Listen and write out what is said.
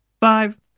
Five